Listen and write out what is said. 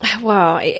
Wow